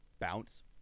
bounce